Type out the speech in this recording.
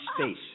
space